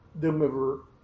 deliver